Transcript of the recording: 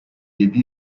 yedi